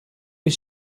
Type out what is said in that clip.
bir